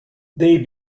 they